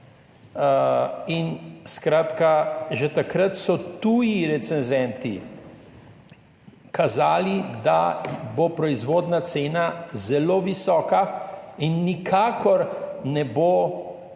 Skratka, že takrat so tuji recenzenti kazali, da bo proizvodna cena zelo visoka in nikakor cena premoga,